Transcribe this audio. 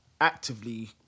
actively